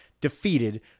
defeated